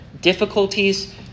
difficulties